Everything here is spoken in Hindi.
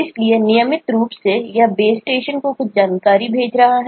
इसलिए नियमित रूप से यह बेस स्टेशन नहीं है